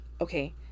okay